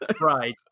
right